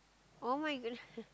[oh]-my-goodness